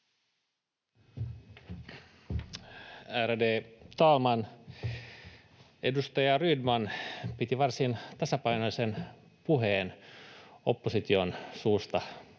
Ärade talman! Edustaja Rydman piti varsin tasapainoisen puheen opposition suusta